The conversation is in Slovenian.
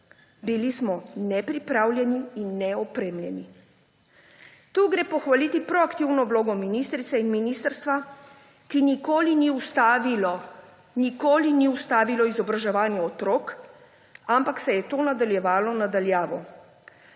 Bili smo nepripravljeni in neopremljeni. Tu gre pohvaliti proaktivno vlogo ministrice in ministrstva, ki nikoli ni ustavilo, nikoli ni ustavilo izobraževanja otrok, ampak se je to nadaljevalo na daljavo.